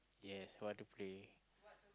yes what to play